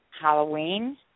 Halloween